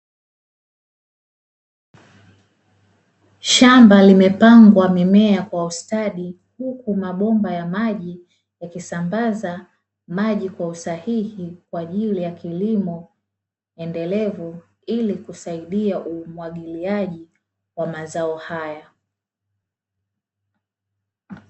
Shamba limepangwa mimea kwa ustadi, huku mabomba ya maji yakisambaza maji kwa usahihi kwa ajili ya kilimo endelevu ili kusaidia umwagiliaji wa mazao haya.